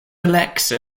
alexa